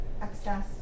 access